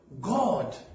God